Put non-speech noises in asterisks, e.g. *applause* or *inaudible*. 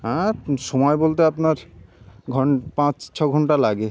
হ্যাঁ সময় বলতে আপনার *unintelligible* পাঁচ ছ ঘণ্টা লাগে